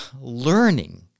learning